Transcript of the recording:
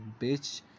bitch